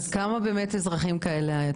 כמה אזרחים כאלה יש?